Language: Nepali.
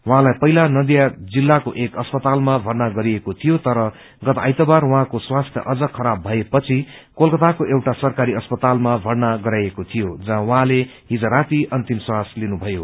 उहाँलाई पहिला नदिया जिल्लाको एक अस्पतालमा भर्ना गरिएको थियो तर गत आइतबार उहाँको स्वास्थ्य अझ खराब भएपछि कोलकताको एउटा सरकारी अस्पतालमा भर्ना गराइएको थियो जहाँ उहाँले हिज राती अन्तिम श्वास लिनुभयो